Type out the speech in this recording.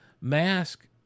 Mask